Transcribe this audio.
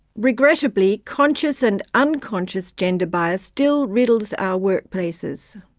regrettably, conscious and unconscious gender bias still riddles our workplaces.